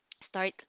start